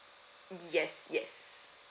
yes yes